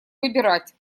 выбирать